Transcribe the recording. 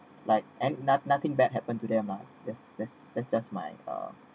like and not~ nothing bad happened to them lah that's that's that's just my uh